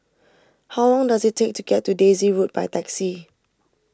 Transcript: how long does it take to get to Daisy Road by taxi